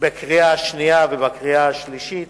בקריאה שנייה ובקריאה שלישית.